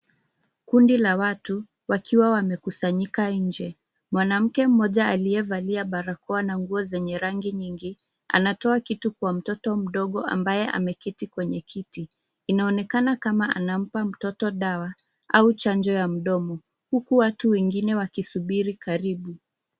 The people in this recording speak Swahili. Kundi la watu, wakiwa wamekusanyika nje. Mwanamke mmoja aliyevalia barakoa na nguo zenye rangi nyingi, anatoa kitu kwa mtoto mdogo ambaye ameketi kwenye kiti. Inaonekana kama anampa mtoto dawa au chanjo ya mdomo, huku watu wengine wakisubiri karibu.